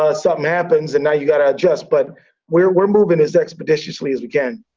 ah something happens and now you've got to adjust. but we're we're moving as expeditiously as we can.